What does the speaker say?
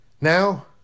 Now